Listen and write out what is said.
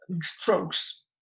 strokes